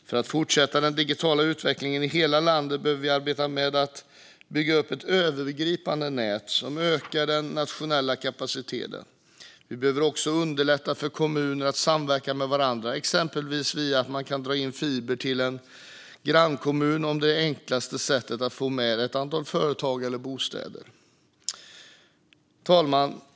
För att fortsätta den digitala utvecklingen i hela landet behöver vi arbeta mer med att bygga upp ett övergripande nät som ökar den nationella kapaciteten. Vi behöver också underlätta för kommuner att samverka med varandra exempelvis via att dra in fiber till en grannkommun, om det är det enklaste sättet att få med ett antal företag eller bostäder. Fru talman!